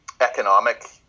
economic